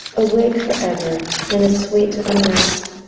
awake for ever in a sweet unrest,